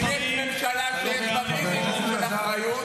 אם יש ממשלה שיש בה מינימום של אחריות,